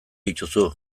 dituzu